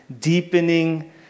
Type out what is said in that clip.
deepening